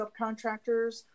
subcontractors